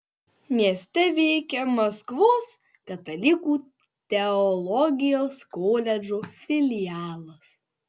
mieste veikia maskvos katalikų teologijos koledžo filialas